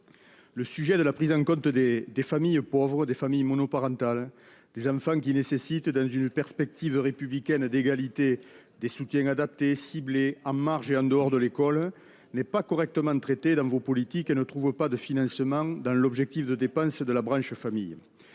? de la prise en compte des familles pauvres, des familles monoparentales, des enfants nécessitant, dans une perspective républicaine d'égalité, des soutiens adaptés et ciblés en marge et en dehors de l'école ? Ce sujet n'est pas correctement traité dans vos politiques et ne trouve pas de financement dans l'objectif de dépenses de la branche famille.